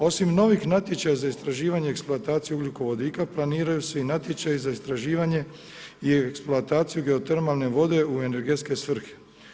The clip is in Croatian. Osim novih natječaja za istraživanje eksploatacije ugljikovodika, planiraju se i natječaji za istraživanje i eksploataciju geotermalne vode u energetske svrhe.